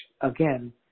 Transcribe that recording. again